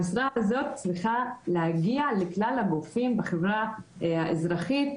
המשרה הזאת צריכה להגיע לכלל הגופים בחברה האזרחית,